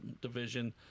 division